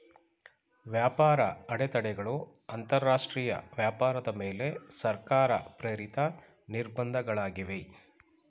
ವ್ಯಾಪಾರ ಅಡೆತಡೆಗಳು ಅಂತರಾಷ್ಟ್ರೀಯ ವ್ಯಾಪಾರದ ಮೇಲೆ ಸರ್ಕಾರ ಪ್ರೇರಿತ ನಿರ್ಬಂಧ ಗಳಾಗಿವೆ